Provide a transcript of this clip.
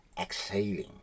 exhaling